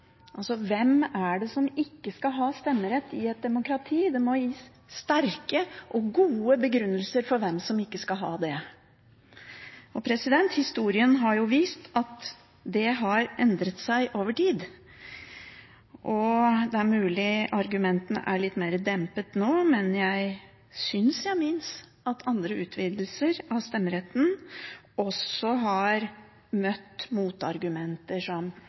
Hvem er det som ikke skal ha stemmerett i et demokrati? Det må gis sterke og gode begrunnelser for hvem som ikke skal ha det. Historien har vist at det har endret seg over tid. Det er mulig at argumentene er litt mer dempet nå, men jeg synes å minnes at andre utvidelser av stemmeretten også har møtt motargumenter som «modenhet», «tiden er ikke inne» – alle de samme motargumentene som